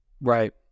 right